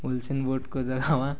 युसेन बोल्टको जग्गामा